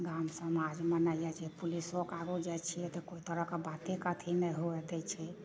गाम समाज मने जाइ छियै पुलिसबोके आगु जाइ छियै तऽ कोइ तरहके बाते अथी नहि हुअ दै छै